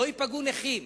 לא ייפגעו נכים.